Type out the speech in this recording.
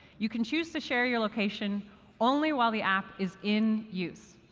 you can choose to share your location only while the app is in use.